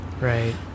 Right